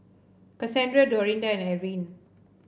Kassandra Dorinda and Ariane